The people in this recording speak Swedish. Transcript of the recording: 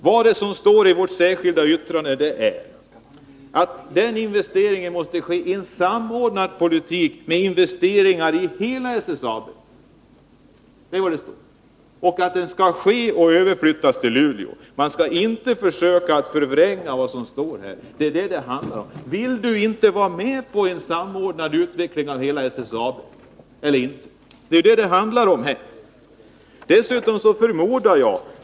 Vad som står i vårt särskilda yrkande är att den aktuella investeringen måste ske genom en samordnad politik med investeringar i hela SSAB och att verksamheten skall överflyttas till Luleå. Försök inte att förvränga vad som står i yrkandet! Är Sten-Ove Sundström med på en samordnad utveckling av hela SSAB eller inte? Det är ju det som saken handlar om.